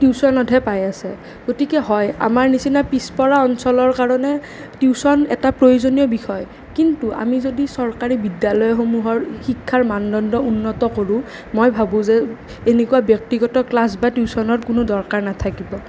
টিউচনতহে পাই আছে গতিকে হয় আমাৰ নিচিনা পিছপৰা অঞ্চলৰ কাৰণে টিউচন এটা প্ৰয়োজনীয় বিষয় কিন্তু আমি যদি চৰকাৰী বিদ্যালয়সমূহৰ শিক্ষাৰ মানদণ্ড উন্নত কৰোঁ মই ভাবোঁ যে এনেকুৱা ব্যক্তিগত ক্লাছ বা টিউচনৰ কোনো দৰকাৰ নাথাকিব